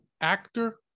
actor